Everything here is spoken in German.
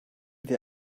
wir